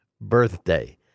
birthday